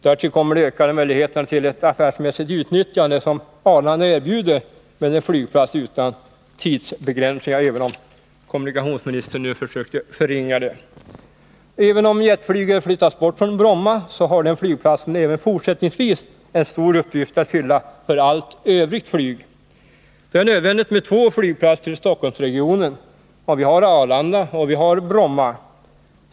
Därtill kommer de ökade möjligheter till ett affärsmässigt utnyttjande som Arlanda erbjuder med en flygplats utan tidsbegränsningar — även om kommunikationsministern försökte förringa betydelsen av detta förhållande. Även om jetflyget flyttas bort från Bromma så har den flygplatsen också fortsättningsvis en stor uppgift att fylla för allt övrigt flyg. Det är nödvändigt med två flygplatser i Stockholmsregionen. Vi har Arlanda och vi har Bromma.